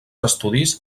estudis